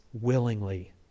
willingly